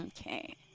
Okay